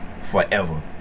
forever